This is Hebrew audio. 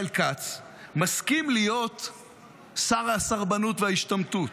כץ מסכים להיות שר הסרבנות וההשתמטות,